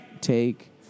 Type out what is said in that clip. Take